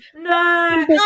No